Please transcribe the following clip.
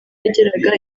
yageraga